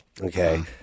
okay